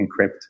encrypt